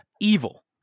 evil